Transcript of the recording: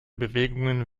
bewegungen